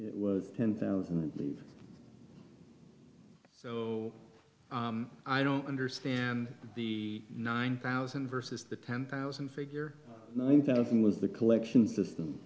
it was ten thousand leave i don't understand the nine thousand versus the ten thousand figure nine thousand was the collection system